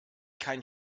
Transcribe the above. kein